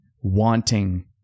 wanting